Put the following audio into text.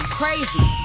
crazy